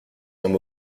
qu’un